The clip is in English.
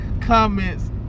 comments